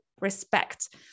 respect